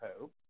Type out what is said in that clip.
hope